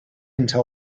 until